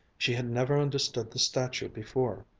she had never understood the statue before.